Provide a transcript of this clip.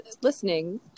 listening